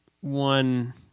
one